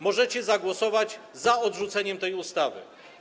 Możecie zagłosować za odrzuceniem tej ustawy.